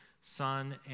Son